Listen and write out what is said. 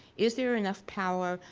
is there enough power?